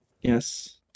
Yes